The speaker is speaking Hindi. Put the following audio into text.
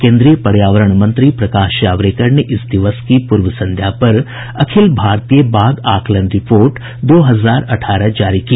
केंद्रीय पर्यावरण मंत्री प्रकाश जावड़ेकर ने इस दिवस की पूर्व संध्या पर अखिल भारतीय बाघ आकलन रिपोर्ट दो हजार अठारह जारी की